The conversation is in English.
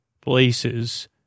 places